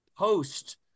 post